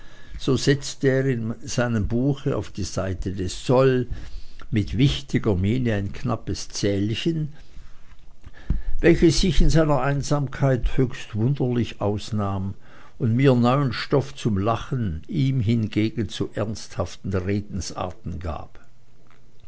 so setzte er in seinem buche auf die seite des soll mit wichtiger miene ein knappes zählchen welches sich in seiner einsamkeit höchst wunderlich ausnahm und mir neuen stoff zum lachen ihm hingegen zu ernsthaften redensarten gab